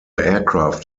aircraft